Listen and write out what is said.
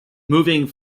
moving